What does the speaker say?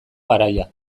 garaia